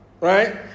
right